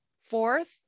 Fourth